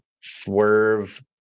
swerve